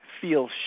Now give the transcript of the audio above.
feel